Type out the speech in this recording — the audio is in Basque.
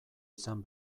izan